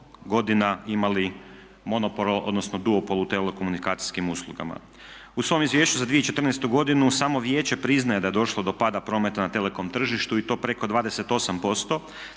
godina imali monopol odnosno duopol u telekomunikacijskim uslugama. U svom izvješću za 2014.godinu samo vijeće priznaje da je došlo do pada prometa na telekom tržištu i to preko 28%